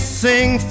sing